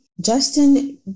Justin